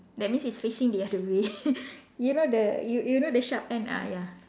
that means it's facing the other way you know the you you know the sharp end ah ya